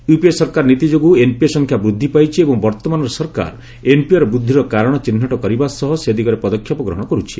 UPA ସରକାର ନୀତି ଯୋଗୁଁ ଏନ୍ପିଏ ସଂଖ୍ୟା ବୃଦ୍ଧି ପାଇଛି ଏବଂ ବର୍ତ୍ତମାନର ସରକାର ଏନ୍ପିଏ ବୂଦ୍ଧିର କାରଣ ଚିହ୍ନଟ କରିବା ସହ ସେ ଦିଗରେ ପଦକ୍ଷେପ ଗ୍ରହଣ କରୁଛି